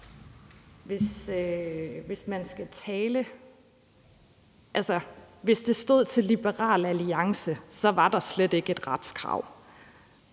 Hvis det stod til Liberal Alliance, var der slet ikke et retskrav